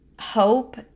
hope